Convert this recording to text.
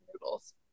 noodles